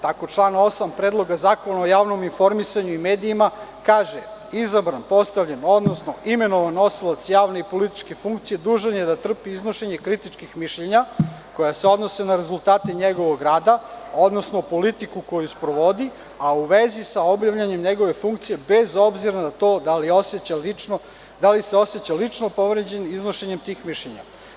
Tako u članu 8. Predloga zakona o javnom informisanju i medijima kaže – izabran, postavljen, odnosno imenovan nosilac javne i političke funkcije je dužan da trpi iznošenje kritičkih mišljenja koja se odnose na rezultate njegovog rada, odnosno politiku koju sprovodi, a u vezi sa obavljanjem njegove funkcije, bez obzira na to da li se oseća lično povređen iznošenjem tih mišljenja.